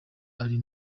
ari